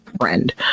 friend